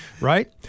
Right